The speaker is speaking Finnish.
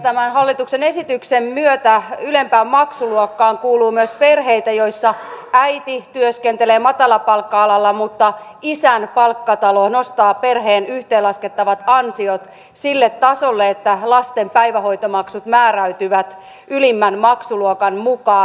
tämän hallituksen esityksen myötä ylempään maksuluokkaan kuuluu myös perheitä joissa äiti työskentelee matalapalkka alalla mutta isän palkkataso nostaa perheen yhteenlaskettavat ansiot sille tasolle että lasten päivähoitomaksut määräytyvät ylimmän maksuluokan mukaan